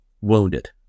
wounded